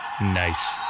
Nice